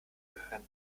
gehören